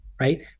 right